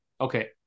Okay